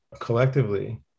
collectively